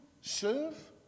serve